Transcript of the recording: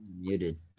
muted